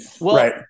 right